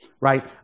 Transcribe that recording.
Right